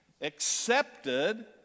accepted